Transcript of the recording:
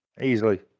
easily